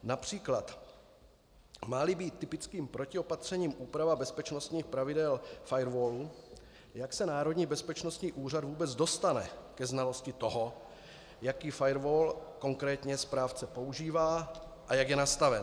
Například máli být typickým protiopatřením úprava bezpečnostních pravidel firewallu, jak se Národní bezpečnostní úřad vůbec dostane ke znalosti toho, jaký firewall konkrétně správce používá a jak je nastaven?